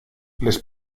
les